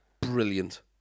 brilliant